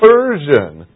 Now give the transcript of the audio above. Persian